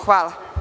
Hvala.